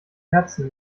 herzen